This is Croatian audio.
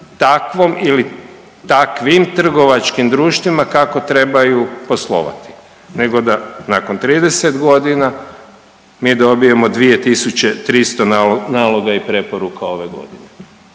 takvom ili takvim trgovačkim društvima kako trebaju poslovati nego da nakon 30 godina mi dobijemo 2 300 naloga i preporuka ove godine.